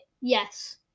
yes